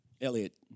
Elliot